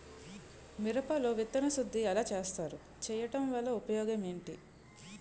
మిరప లో విత్తన శుద్ధి ఎలా చేస్తారు? చేయటం వల్ల ఉపయోగం ఏంటి?